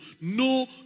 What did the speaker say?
no